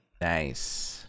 Nice